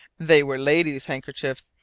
they were ladies' handkerchiefs,